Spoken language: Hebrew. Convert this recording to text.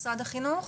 משרד החינוך?